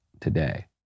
Today